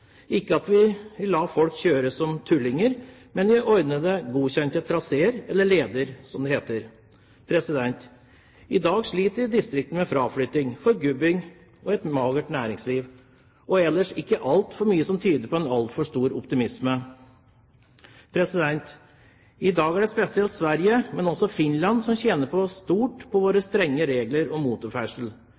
la folk kjøre som tullinger, men i ordnede, godkjente traseer, eller leder, som det heter. I dag sliter distriktene med fraflytting, forgubbing, et magert næringsliv og ellers ikke altfor mye som tyder på en altfor stor optimisme. I dag er det spesielt Sverige, men også Finland, som tjener stort på våre strenge regler om motorferdsel.